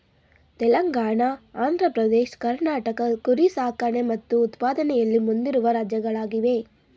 ತೆಲಂಗಾಣ ಆಂಧ್ರ ಪ್ರದೇಶ್ ಕರ್ನಾಟಕ ಕುರಿ ಸಾಕಣೆ ಮತ್ತು ಉತ್ಪಾದನೆಯಲ್ಲಿ ಮುಂದಿರುವ ರಾಜ್ಯಗಳಾಗಿವೆ